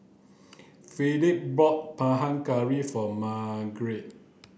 Phillip bought Panang Curry for Margarette